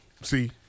See